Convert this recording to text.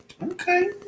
Okay